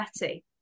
Betty